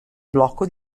blocco